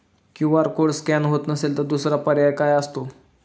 QR code scan होत नसेल तर दुसरा पर्याय काय असतो?